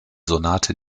sonate